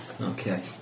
Okay